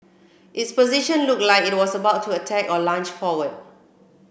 its position looked like it was about to attack or lunge forward